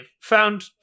found